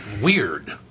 weird